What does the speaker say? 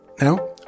Now